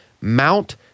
Mount